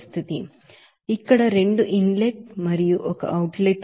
కాబట్టి ఇక్కడ రెండు ఇన్ లెట్ మరియు ఒక అవుట్ లెట్ ఉంది